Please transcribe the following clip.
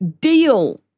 deal